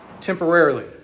temporarily